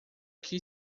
que